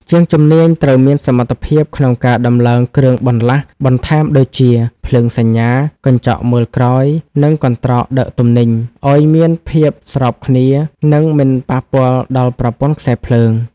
ជាងជំនាញត្រូវមានសមត្ថភាពក្នុងការដំឡើងគ្រឿងបន្លាស់បន្ថែមដូចជា ភ្លើងសញ្ញា កញ្ចក់មើលក្រោយ និងកន្ត្រកដឹកទំនិញ ឱ្យមានភាពស្របគ្នា និងមិនប៉ះពាល់ដល់ប្រព័ន្ធខ្សែភ្លើង។